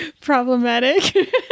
problematic